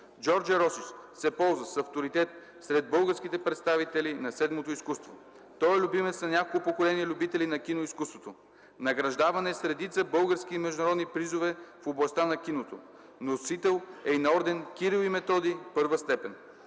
Джордже Росич се ползва с авторитет сред българските представители на седмото изкуство. Той е любимец на няколко поколения любители на киноизкуството. Награждаван е с редица български и международни призове в областта на киното. Носител е и на орден „Кирил и Методий” I степен.